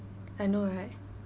I know right